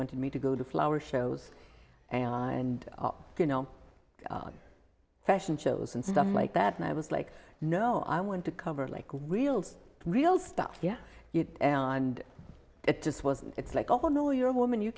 wanted me to go to flower shows and you know fashion shows and stuff like that and i was like no i want to cover like real real stuff yeah and it just was it's like oh no you're a woman you